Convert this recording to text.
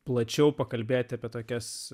plačiau pakalbėti apie tokias